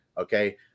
okay